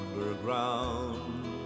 underground